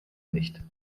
nicht